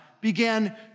began